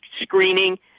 screening